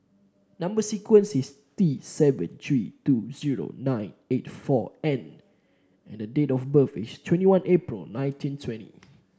number sequence is T seven three two zero nine eight four N and date of birth is twenty one April nineteen twenty